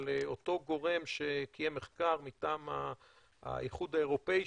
אבל אותו גורם שקיים מחקר מטעם האיחוד האירופי,